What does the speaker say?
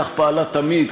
כך פעלה תמיד,